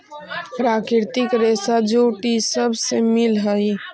प्राकृतिक रेशा जूट इ सब से मिल हई